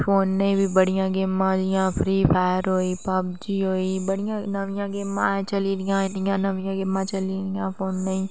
फोने च बी बड़ियां गेमां आई दियां अजकल फ्री फाइयर होई पबजी होई गेई बडियां गेमां अजकल चली दियां नमियां गेमां चली गेदियां फोने च